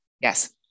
Yes